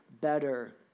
better